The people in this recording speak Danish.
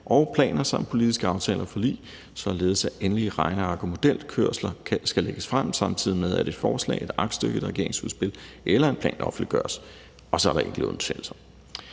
og planer samt politiske aftaler og forlig, således at endelige regneark og modelkørsler skal lægges frem, samtidig med at et forslag eller et aktstykke eller et regeringsudspil eller en plan offentliggøres – og så er der